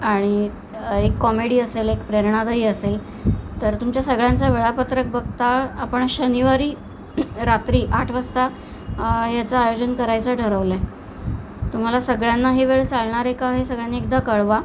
आणि एक कॉमेडी असेल एक प्रेरणादायी असेल तर तुमच्या सगळ्यांचं वेळापत्रक बघता आपण शनिवारी रात्री आठ वाजता यायचं आयोजन करायचं ठरवलं आहे तुम्हाला सगळ्यांना ही वेळ चालणार आहे का हे सगळ्यांनी एकदा कळवा